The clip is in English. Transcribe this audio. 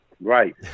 Right